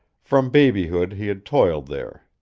from babyhood he had toiled there.